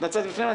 התנצלתי בפניהם.